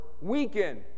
weaken